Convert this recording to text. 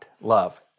love